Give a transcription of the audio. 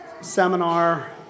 seminar